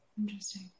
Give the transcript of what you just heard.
interesting